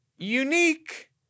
Unique